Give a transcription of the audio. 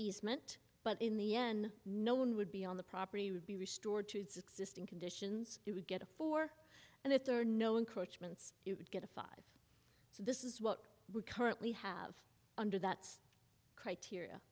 easement but in the end no one would be on the property would be restored to its existing conditions you would get a four and if there are no encroachments you could get a five so this is what we currently have under that criteria